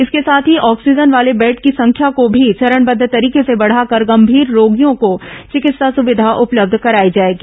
इसके साथ ही ऑक्सीजन वाले बेड की संख्या को भी चरणबद्व तरीके से बढ़ाकर गंभीर रोगियों को चिकित्सा सुविधा उपलब्ध कराई जाएगी